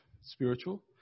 spiritual